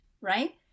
right